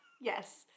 Yes